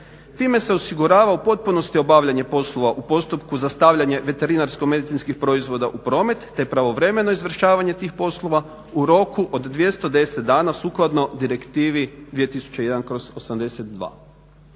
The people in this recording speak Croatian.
Time se osigurava u potpunosti obavljanje poslova u postupku za stavljanje veterinarsko-medicinskih proizvoda u promet te pravovremeno izvršavanje tih poslova u roku od 210 dana sukladno Direktivi 2001/82.